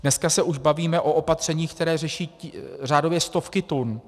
Dnes se už bavíme o opatřeních, která řeší řádově stovky tun.